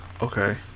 okay